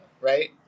right